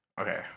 Okay